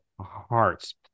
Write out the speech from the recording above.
heart's